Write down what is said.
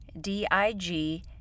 D-I-G